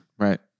Right